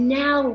now